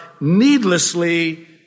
needlessly